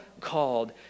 called